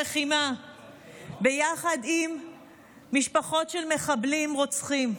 לחימה ביחד עם משפחות של מחבלים רוצחים.